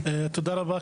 תודה רבה,